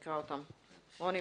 בבקשה.